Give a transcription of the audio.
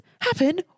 happen